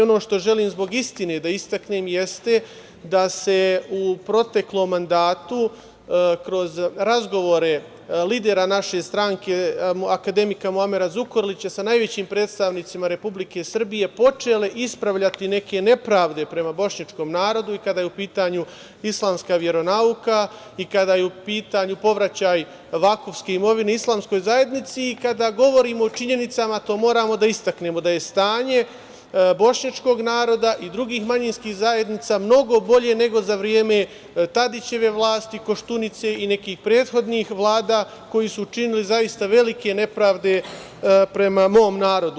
Ono što želim zbog istine da istaknem jeste da se u proteklom mandatu kroz razgovore lidera naše stranke akademika Muamera Zukorlića sa najvišim predstavnicima Republike Srbije počele ispravljati neke nepravde prema bošnjačkom narodu i kada je u pitanju islamska veronauka i kada je u pitanju povraćaj vakufske imovine islamskoj zajednici i kada govorimo o činjenicama to moramo da istaknemo – da je stanje bošnjačkog naroda i drugih manjinskih zajednica mnogo bolje nego za vreme Tadićeve vlasti, Koštunice i nekih prethodnih vlada koji su učinili zaista velike nepravde prema mom narodu.